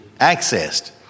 accessed